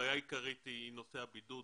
הבעיה העיקרית זה נושא הבידוד,